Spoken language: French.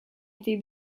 été